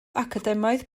academaidd